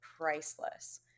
priceless